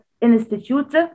Institute